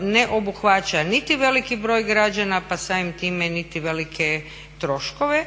ne obuhvaća niti veliki broj građana pa samim time niti velike troškove,